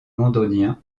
londoniens